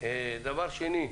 דבר שני,